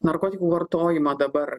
narkotikų vartojimą dabar